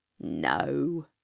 No